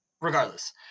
regardless